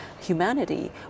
humanity